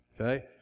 Okay